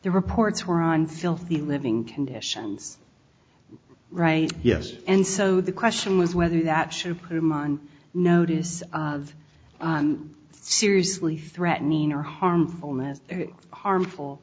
the reports who are on filthy living conditions right yes and so the question was whether that should put him on notice of seriously threatening or harmfulness harmful